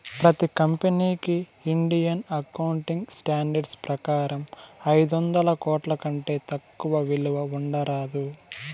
ప్రతి కంపెనీకి Indian accounting standards ప్రకారం ఐదొందల కోట్ల కంటే తక్కువ విలువ ఉండరాదు